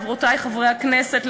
חברותי חברי הכנסת,